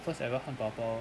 first ever 汉堡包